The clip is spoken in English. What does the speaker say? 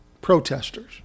protesters